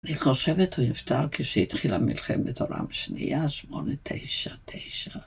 אני חושבת, הוא נפטר כשהתחילה מלחמת העולם השנייה, שמונה, תשע, תשע.